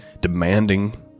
demanding